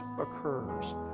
occurs